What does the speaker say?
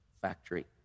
factory